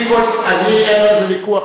אין על זה ויכוח,